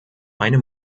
einem